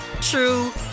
true